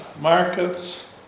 markets